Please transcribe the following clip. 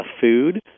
food